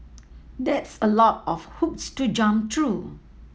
that's a lot of hoops to jump through